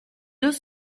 deux